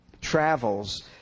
travels